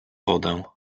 wodę